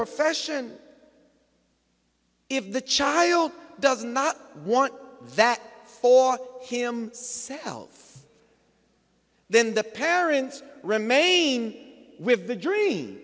profession if the child does not want that for him selves then the parents remain with the dream